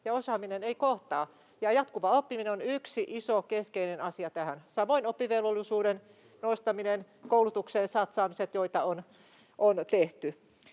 ja osaaminen eivät kohtaa, ja jatkuva oppiminen on yksi iso, keskeinen asia tähän, samoin oppivelvollisuuden nostaminen, koulutukseen satsaamiset, joita on tehty.